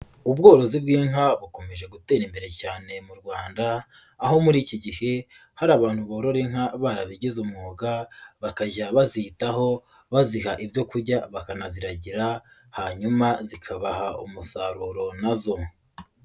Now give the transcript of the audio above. Ubworozi bw'inka bukomeje gutera imbere cyane mu Rwanda, aho muri iki gihe hari abantu borora inka barabigize umwuga bakajya baziyitaho, baziha ibyo kurya bakanaziragira hanyuma zikabaha umusaruro nazo.